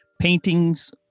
paintings